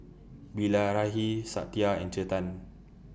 Bilahari Satya and Chetan